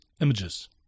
images